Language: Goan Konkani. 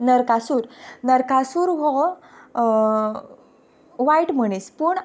नरकासूर नरकासूर हो वायट मनीस पूण